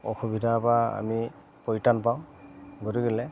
অসুবিধাৰপৰা আমি পৰিত্ৰাণ পাওঁ গতিকেলৈ